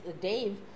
Dave